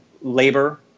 labor